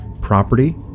property